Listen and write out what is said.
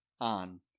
on